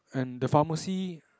and the pharmacy